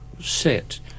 set